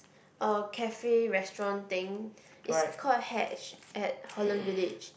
um cafe restaurant thing is called Hatch at Holland-Village